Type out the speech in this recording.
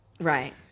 Right